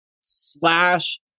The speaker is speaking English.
slash